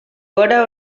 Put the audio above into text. vora